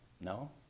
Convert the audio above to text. No